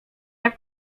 jak